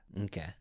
Okay